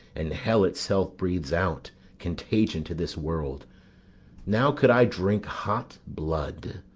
and hell itself breathes out contagion to this world now could i drink hot blood,